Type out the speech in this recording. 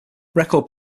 record